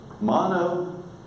Mono